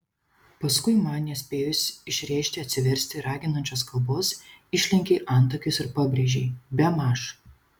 paskui man nespėjus išrėžti atsiversti raginančios kalbos išlenkei antakius ir pabrėžei bemaž